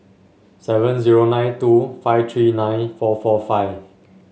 seven zero nine two five three nine four four five